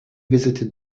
visited